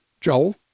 joel